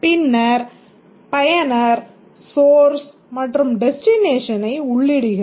பின்னர் பயனர் சோர்ஸ் மற்றும் டெஸ்டினேஷனை உள்ளிடுகிறார்